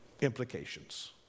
implications